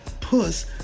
puss